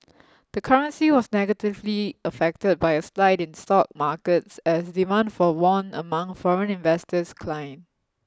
the currency was negatively affected by a slide in stock markets as demand for won among foreign investors declined